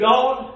God